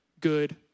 good